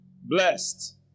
blessed